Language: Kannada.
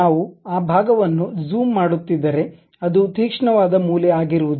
ನಾವು ಆ ಭಾಗವನ್ನು ಜೂಮ್ ಮಾಡುತ್ತಿದ್ದರೆ ಅದು ತೀಕ್ಷ್ಣವಾದ ಮೂಲೆ ಆಗಿರುವದಿಲ್ಲ